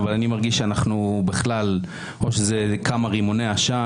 אבל אני מרגיש שאו שזה כמה רימוני עשן,